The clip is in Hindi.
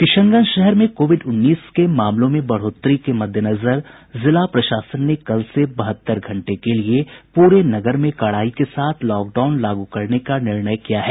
किशनगंज शहर में कोविड उन्नीस के मामलों में बढ़ोतरी के मद्देनजर जिला प्रशासन ने कल से बहत्तर घंटे के लिये पूरे नगर में कड़ाई के साथ लॉकडाउन लागू करने का निर्णय किया है